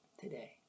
today